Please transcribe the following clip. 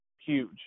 huge